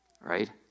right